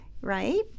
right